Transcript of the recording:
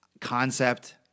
concept